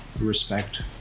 respect